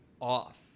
off